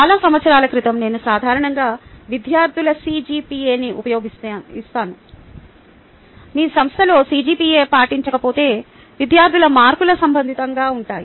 చాలా సంవత్సరాల క్రితం నేను సాధారణంగా విద్యార్థుల CGPA ని ఉపయోగిస్తాను మీ సంస్థలలో CGPA పాటించకపోతే విద్యార్థుల మార్కులు సంబంధితంగా ఉంటాయి